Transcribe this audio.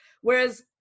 Whereas